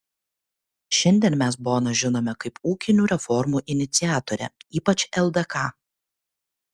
šiandien mes boną žinome kaip ūkinių reformų iniciatorę ypač ldk